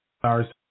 sorry